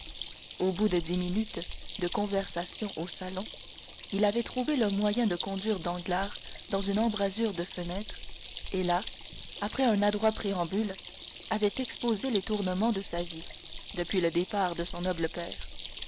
au bout de dix minutes de conversation au salon il avait trouvé le moyen de conduire danglars dans une embrasure de fenêtre et là après un adroit préambule il avait exposé les tourments de sa vie depuis le départ de son noble père